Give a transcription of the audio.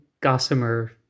gossamer